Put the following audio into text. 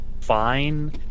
fine